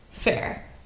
fair